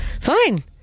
fine